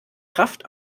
kraft